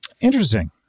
Interesting